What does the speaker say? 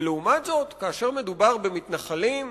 ולעומת זאת, כאשר מדובר במתנחלים,